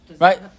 right